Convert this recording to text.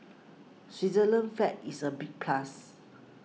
Switzerland's flag is a big plus